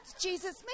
Jesus